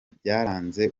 byaranze